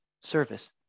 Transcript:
service